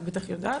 את בטח יודעת,